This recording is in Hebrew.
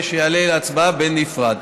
שיעלה להצבעה בנפרד.